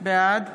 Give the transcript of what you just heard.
בעד